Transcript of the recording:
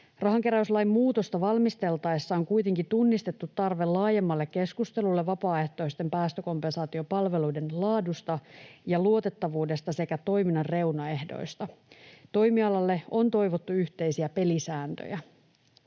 Rahankeräyslain muutosta valmisteltaessa on kuitenkin tunnistettu tarve laajemmalle keskustelulle vapaaehtoisten päästökompensaatiopalveluiden laadusta ja luotettavuudesta sekä toiminnan reunaehdoista. Toimialalle on toivottu yhteisiä pelisääntöjä.